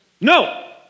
No